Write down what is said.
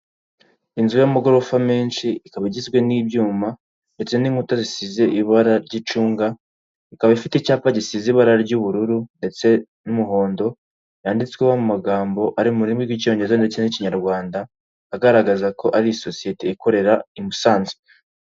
Inzu y'amagorofa menshi ikaba igizwe n'ibyuma ndetse n'inkuta zisize ibara ry'icunga, ikaba ifite icyapa gisize ibara ry'ubururu ndetse n'umuhondo yanditsweho mu magambo ari mu rurimi rw'Icyongereza ndetse n'Ikinyarwanda agaragaza ko ari isosiyete ikorera i Musanze.